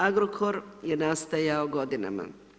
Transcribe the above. Agrokor je nastajao godinama.